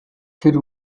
тэр